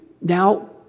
now